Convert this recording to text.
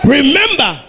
Remember